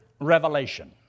revelation